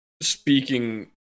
speaking